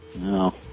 No